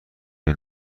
این